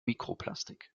mikroplastik